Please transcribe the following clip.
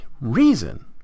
reason